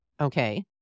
Okay